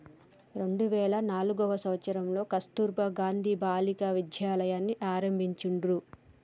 రెండు వేల నాల్గవ సంవచ్చరంలో కస్తుర్బా గాంధీ బాలికా విద్యాలయని ఆరంభించిర్రు